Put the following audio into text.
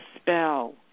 spell